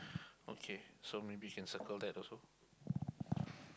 okay so maybe can circle that also